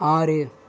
ஆறு